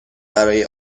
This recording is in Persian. برای